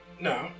No